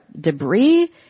debris